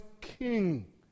king